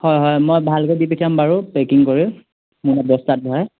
হয় হয় মই ভালকৈ দি পিঠাম বাৰু পেকিং কৰি মানে বস্তাত ভৰাই